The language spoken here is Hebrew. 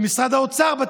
ומשרד האוצר,